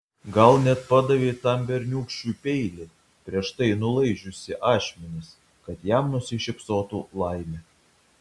gal net padavei tam berniūkščiui peilį prieš tai nulaižiusi ašmenis kad jam nusišypsotų laimė